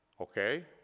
Okay